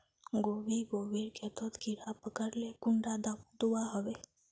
गोभी गोभिर खेतोत कीड़ा पकरिले कुंडा दाबा दुआहोबे?